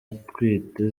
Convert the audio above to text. atwite